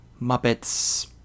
Muppets